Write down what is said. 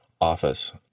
office